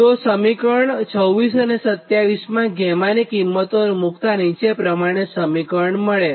તો સમીકરણ 26 અને 27 માં 𝛾 ની કિંમતો મુક્તાં નીચે પ્રમાણે સમીકરણ મળે